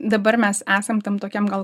dabar mes esam tam tokiam gal